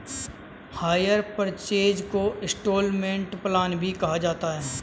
higher purchase को instalment plan भी कहा जाता है